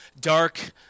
Dark